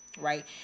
right